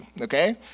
okay